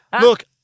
Look